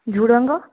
ଝୁଡ଼ଙ୍ଗ